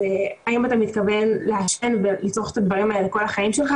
והאם אתה מתכוון לעשן ולצרוך את הדברים האלה כל החיים שלך.